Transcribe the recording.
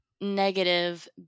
negative